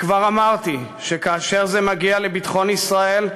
וכבר אמרתי שכאשר זה מגיע לביטחון ישראל,